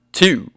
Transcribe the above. two